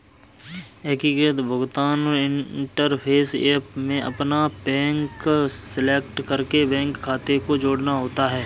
एकीकृत भुगतान interface app में अपना बैंक सेलेक्ट करके बैंक खाते को जोड़ना होता है